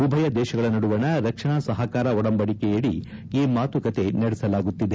ಉಭಯ ದೇಶಗಳ ನಡುವಣ ರಕ್ಷಣಾ ಸಹಕಾರ ಒಡಂಬಡಿಕೆಯಡಿ ಈ ಮಾತುಕತೆ ನಡೆಸಲಾಗುತ್ತಿದೆ